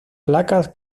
placas